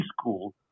school